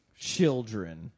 Children